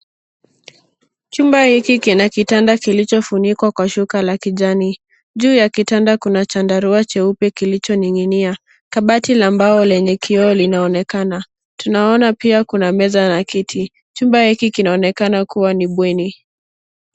Chumba hiki kina kitanda kilichofunikwa kwa shuka la kijani. Juu ya kitanda kuna chandarua cheupe kilichoninginia. Kabati la mbao lenye kioo linaonekana ,tunaona pia kuna meza na kiti chumba hiki kinaonekana kuwa ni bweni.